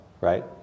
right